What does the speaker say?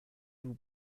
vous